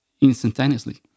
instantaneously